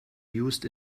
used